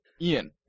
Ian